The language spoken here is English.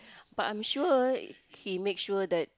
but I'm sure he make sure that